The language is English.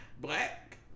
black